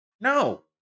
No